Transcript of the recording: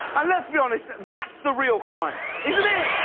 and let's be honest, that's the real crime! isn't it?